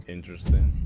Interesting